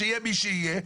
יהיה מי שיהיה,